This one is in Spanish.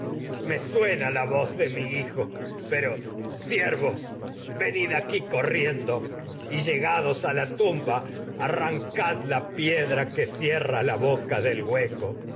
me la voz de mi hijo a pero siervos venid aquí corriendo que y llegados la tumba arrancad la piedra y o cierra la boca del hueco